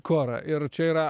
kora ir čia yra